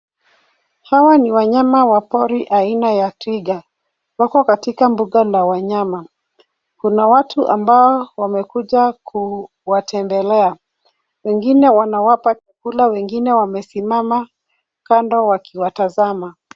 These are wild animals, specifically a giraffe. They are in an animal park. There are people who have come to visit them. Some are giving them food, others are standing aside looking at them.